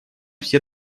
все